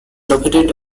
located